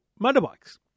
motorbikes